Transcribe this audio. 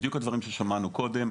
בדיוק הדברים ששמענו קודם,